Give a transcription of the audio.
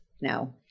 no